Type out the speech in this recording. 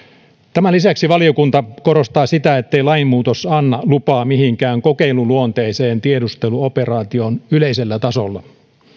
tämän lisäksi valiokunta korostaa sitä ettei lainmuutos anna lupaa mihinkään kokeiluluonteiseen tiedusteluoperaatioon yleisellä tasolla